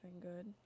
good